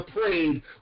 prayed